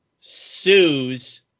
sues